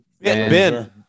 Ben